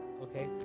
okay